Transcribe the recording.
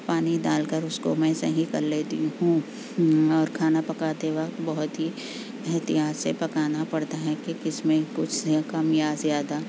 پانی ڈال کر اس کو میں صحیح کر لیتی ہوں اور کھانا پکاتے وقت بہت ہی احتیاط سے پکانا پڑتا ہے کہ کس میں کچھ یا کم یا زیادہ